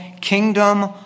kingdom